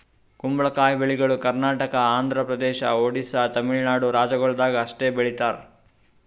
ಕುಂಬಳಕಾಯಿ ಬೆಳಿಗೊಳ್ ಕರ್ನಾಟಕ, ಆಂಧ್ರ ಪ್ರದೇಶ, ಒಡಿಶಾ, ತಮಿಳುನಾಡು ರಾಜ್ಯಗೊಳ್ದಾಗ್ ಅಷ್ಟೆ ಬೆಳೀತಾರ್